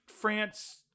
France